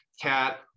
cat